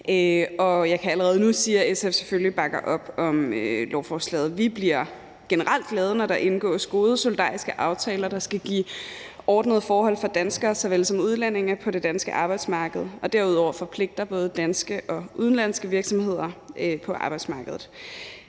jeg kan allerede nu sige, at SF selvfølgelig bakker op om lovforslaget. Vi bliver generelt glade, når der indgås gode, solidariske aftaler, der skal give ordnede forhold for danskere såvel som udlændinge på det danske arbejdsmarked og derudover forpligter både danske og udenlandske virksomheder på arbejdsmarkedet.